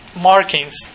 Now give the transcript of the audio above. markings